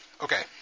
Okay